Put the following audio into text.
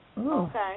Okay